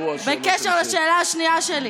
נגמרו השאלות, בקשר לשאלה השנייה שלי.